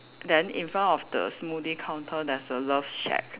then in front of the smoothie counter there's a love shack